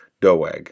Doeg